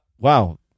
wow